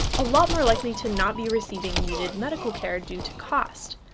a lot more likely to not be receiving needed medical care due to cost.